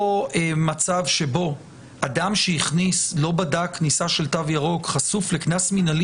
או מצב שבו אדם שהכניס או לא בדק כניסה של תו ירוק חשוף לקנס מינהלי